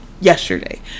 yesterday